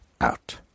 out